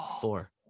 four